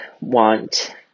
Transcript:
want